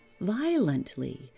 violently